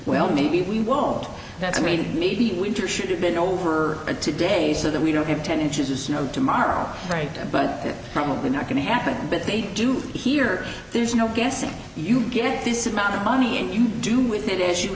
well maybe we won't that's i mean maybe winter should have been over and today so that we don't have ten inches of snow tomorrow right but they're probably not going to happen but they do here there's no guessing you get this amount of money and you do with it is you